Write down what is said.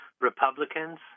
Republicans